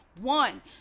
one